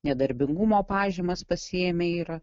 nedarbingumo pažymas pasiėmę yra